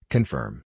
Confirm